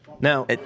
Now